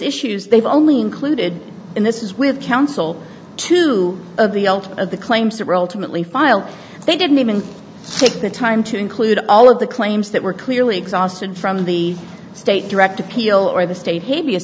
issues they've only included in this is with council two of the all of the claims that roll timidly filed they didn't even take the time to include all of the claims that were clearly exhausted from the state direct appeal or the state he